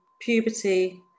puberty